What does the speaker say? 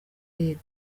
y’epfo